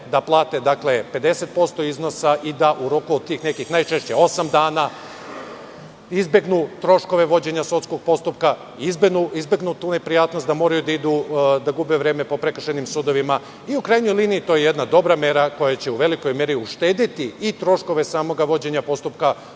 da plate 50% iznosa i da u roku od tih nekih najčešće 8 dana izbegnu troškove vođenja sudskog postupka, izbegnu tu neprijatnost da moraju da idu da gube vreme po prekršajnim sudovima. U krajnjoj liniji, to je jedna dobra mera koja će u velikoj meri uštedeti i troškove samog vođenja postupka,